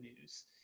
news